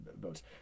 votes